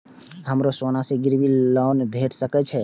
हमरो सोना से गिरबी लोन भेट सके छे?